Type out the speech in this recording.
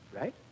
Right